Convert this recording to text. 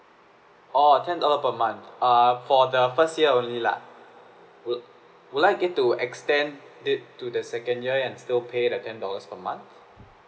orh ten dollar per month err for the first year only lah would will I get to extend it to the second year and still pay that ten dollars per month